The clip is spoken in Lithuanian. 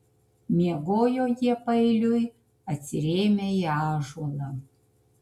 miegojo jie paeiliui atsirėmę į ąžuolą